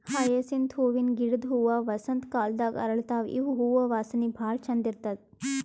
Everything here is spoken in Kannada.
ಹಯಸಿಂತ್ ಹೂವಿನ ಗಿಡದ್ ಹೂವಾ ವಸಂತ್ ಕಾಲದಾಗ್ ಅರಳತಾವ್ ಇವ್ ಹೂವಾ ವಾಸನಿ ಭಾಳ್ ಛಂದ್ ಇರ್ತದ್